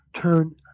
turn